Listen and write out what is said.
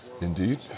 Indeed